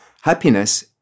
Happiness